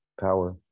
power